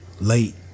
late